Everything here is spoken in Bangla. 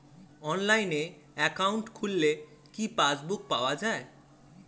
অনলাইনে একাউন্ট খুললে কি পাসবুক পাওয়া যায়?